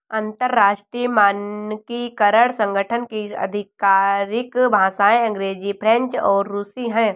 अंतर्राष्ट्रीय मानकीकरण संगठन की आधिकारिक भाषाएं अंग्रेजी फ्रेंच और रुसी हैं